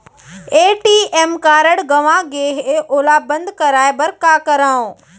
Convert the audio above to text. ATM card गंवा गे है ओला बंद कराये बर का करंव?